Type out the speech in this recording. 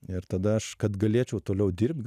ir tada aš kad galėčiau toliau dirbt